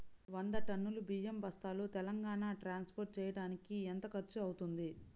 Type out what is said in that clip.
వంద టన్నులు బియ్యం బస్తాలు తెలంగాణ ట్రాస్పోర్ట్ చేయటానికి కి ఎంత ఖర్చు అవుతుంది?